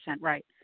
right